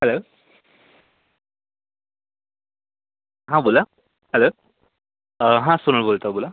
hello हां बोला hello हां सोनल बोलत आहे बोला